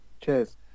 cheers